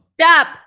stop